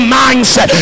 mindset